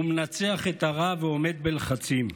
והוא מנצח את הרע ועומד בלחצים.